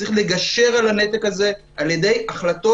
שמתי לב שכבר שעתיים וחצי